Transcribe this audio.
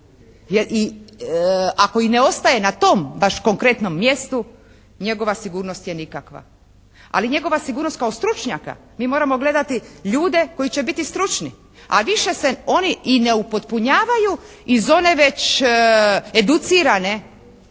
jer i ako ne ostaje na tom baš konkretnom mjestu, njegova sigurnost je nikakva. Ali njegova sigurnost kao stručnjaka, mi moramo gledati ljude koji će biti stručni, a više se oni i ne upotpunjavaju iz one već educirane